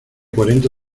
cuarenta